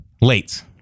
late